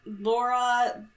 Laura